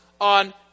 on